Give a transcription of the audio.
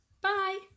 bye